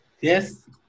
Yes